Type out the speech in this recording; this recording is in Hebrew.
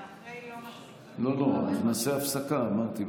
אבל אחרי --- לא, אנחנו נעשה הפסקה, אמרתי.